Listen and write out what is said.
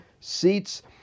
seats